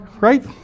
Right